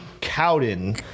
Cowden